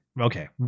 okay